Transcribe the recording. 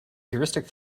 heuristic